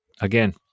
again